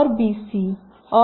c or c